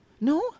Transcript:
no